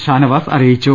ഷാനവാസ് അറിയിച്ചു